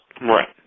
Right